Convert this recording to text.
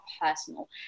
personal